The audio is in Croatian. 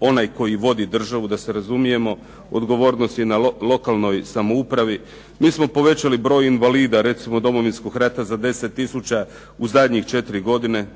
onaj koji vodi državu, da se razumijemo, odgovornost je na lokalnoj samoupravi. Mi smo povećali broj invalida recimo Domovinskog rata za 10 tisuća u zadnjih 4 godine,